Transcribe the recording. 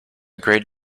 great